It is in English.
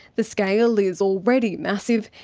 the scale is already massive,